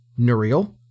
Nuriel